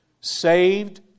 saved